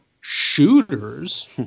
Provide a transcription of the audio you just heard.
shooters